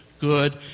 good